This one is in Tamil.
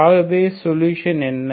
ஆகவே சொலுஷன் என்ன